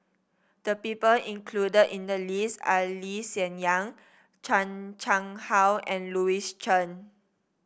the people included in the list are Lee Hsien Yang Chan Chang How and Louis Chen